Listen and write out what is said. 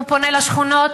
הוא פונה לשכונות,